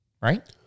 right